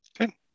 Okay